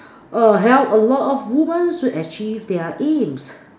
err help a lot of women to achieve their aims